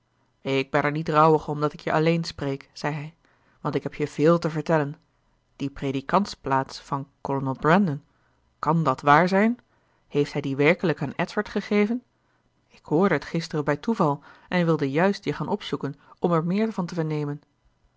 ik ben er niet rouwig om dat ik je alleen spreek zei hij want ik heb je veel te vertellen die predikantsplaats van kolonel brandon kan dat waar zijn heeft hij die werkelijk aan edward gegeven ik hoorde het gisteren bij toeval en wilde juist je gaan opzoeken om er meer van te vernemen